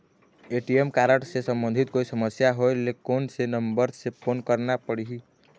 ATM card से संबंधित कोई समस्या होय ले, कोन से नंबर से फोन करना पढ़ही?